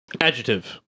Adjective